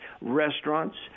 restaurants